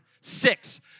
Six